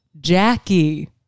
Jackie